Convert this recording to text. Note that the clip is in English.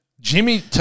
Jimmy